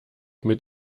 mit